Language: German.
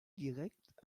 direkt